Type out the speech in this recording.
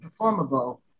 performable